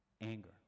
anger